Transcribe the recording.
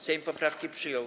Sejm poprawki przyjął.